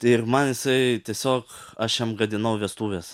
tai ir man jisai tiesiog aš jam gadinau vestuves